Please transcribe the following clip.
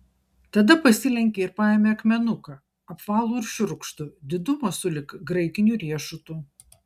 tada pasilenkė ir paėmė akmenuką apvalų ir šiurkštų didumo sulig graikiniu riešutu